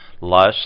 lust